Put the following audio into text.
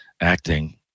acting